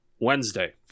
Wednesday